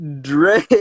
Dre